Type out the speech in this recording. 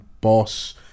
boss